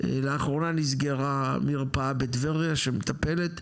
לאחרונה נסגרה מרפאה בטבריה שמטפלת,